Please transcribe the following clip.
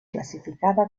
clasificada